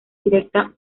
directa